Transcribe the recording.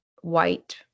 white